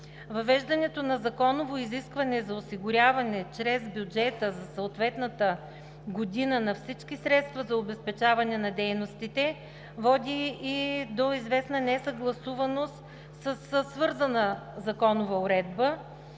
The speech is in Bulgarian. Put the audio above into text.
Въвеждането на законово изискване за осигуряване чрез бюджета за съответната година на всички средства за обезпечаване на дейностите води и до известна несъгласуваност със свързаната законова уредба.